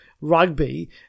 rugby